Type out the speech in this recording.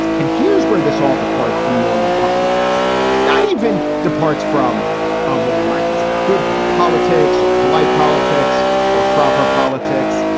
and here's where this all departs from. normal politics not even departs from what we might consider good politics or polite politics or proper politics.